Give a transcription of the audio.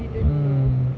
mm